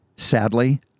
Sadly